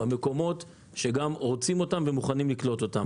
במקומות שרוצים אותם ורוצים לקלוט אותם.